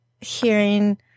hearing